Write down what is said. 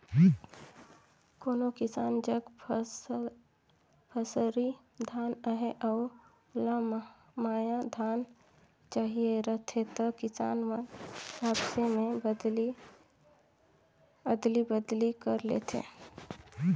कोनो किसान जग सफरी धान अहे अउ ओला महमाया धान चहिए रहथे त किसान मन आपसे में अदली बदली कर लेथे